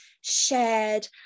shared